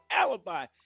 alibi